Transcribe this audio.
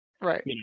Right